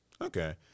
Okay